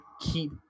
keep